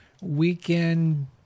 weekend